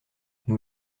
nous